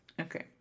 Okay